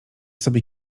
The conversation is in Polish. sobie